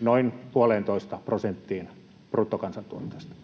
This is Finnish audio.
noin puoleentoista prosenttiin bruttokansantuotteesta.